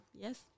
Yes